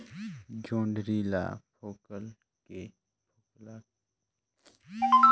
जोंदरी ला फोकला के सबले बढ़िया औजार कोन सा हवे?